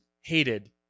hated